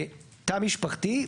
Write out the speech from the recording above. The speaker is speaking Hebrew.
תא משפחתי.